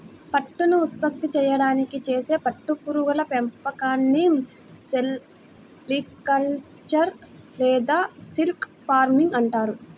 పట్టును ఉత్పత్తి చేయడానికి చేసే పట్టు పురుగుల పెంపకాన్ని సెరికల్చర్ లేదా సిల్క్ ఫార్మింగ్ అంటారు